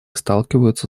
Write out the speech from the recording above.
сталкиваются